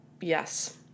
Yes